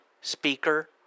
speaker